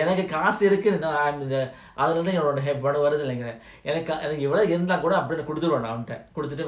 எனக்குகாசுஇருக்கு:enaku kaasu iruku you know I'm the வருதுன்னுநெனைக்கிறேன்:varuthunu nenaikren then after that இருந்தாகூடஅப்டியேகொடுத்துடுவேன்அவன்கிட்ட:iruntha kooda